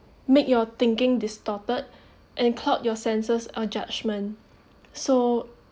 make your thinking distorted and clot your senses or judgment so